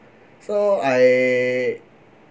so I